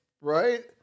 right